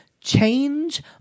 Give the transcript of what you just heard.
Change